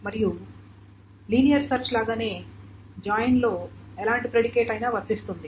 మరియు linear search లాగానే జాయిన్లో ఎలాంటి ప్రిడికేట్ అయినా వర్తిస్తుంది